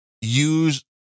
use